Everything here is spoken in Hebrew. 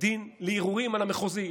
דין לערעורים על המחוזי.